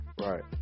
Right